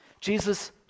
Jesus